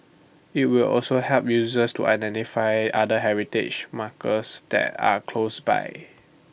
IT will also help users to identify other heritage markers that are close by